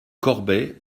corbet